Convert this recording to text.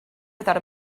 without